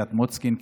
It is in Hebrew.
קריית מוצקין,